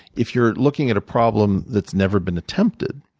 if you're looking at a problem that's never been attempted,